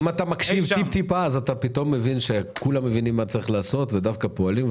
אם אתה מקשיב טיפה אתה מבין כולם מבינים מה צריך לעשות ודווקא פועלים,